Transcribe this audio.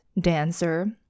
dancer